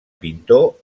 pintor